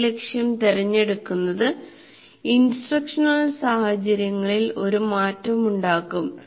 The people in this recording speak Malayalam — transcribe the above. പഠന ലക്ഷ്യം തിരഞ്ഞെടുക്കുന്നത് ഇൻസ്ട്രക്ഷണൽ സാഹചര്യങ്ങളിൽ ഒരു മാറ്റമുണ്ടാക്കും